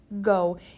go